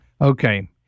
Okay